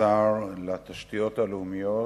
השר לתשתיות הלאומיות,